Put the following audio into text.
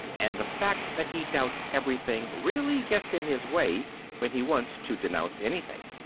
and the fact that he doubts everything really gets in his way when he wants to denounce anything.